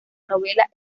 novela